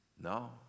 No